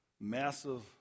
massive